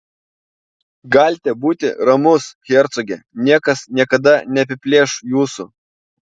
galite būti ramus hercoge niekas niekada neapiplėš jūsų